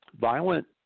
violent